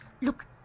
Look